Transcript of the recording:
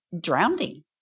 drowning